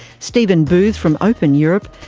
stephen booth from open europe,